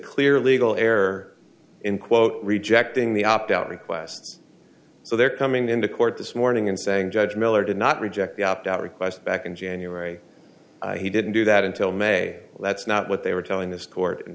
clear legal error in quote rejecting the opt out requests so they're coming into court this morning and saying judge miller did not reject the opt out request back in january he didn't do that until may that's not what they were telling this court in